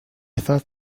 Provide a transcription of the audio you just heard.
thought